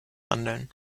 handeln